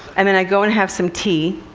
and then i go and have some tea.